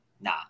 nah